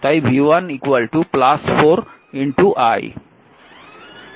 তাই v 1 4 i